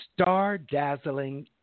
star-dazzling